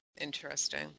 Interesting